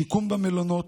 שיקום במלונות,